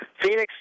Phoenix